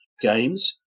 games